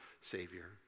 Savior